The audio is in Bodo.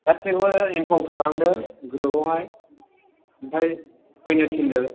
गासैखौबो इन्फ'र्म खालामदो ग्रुपआवहाय ओमफ्राय फैनो थिनदो